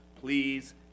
please